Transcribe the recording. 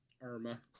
Irma